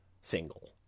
single